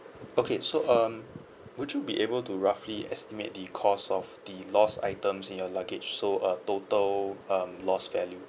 okay so um would you be able to roughly estimate the cost of the lost items in your luggage so uh total um lost value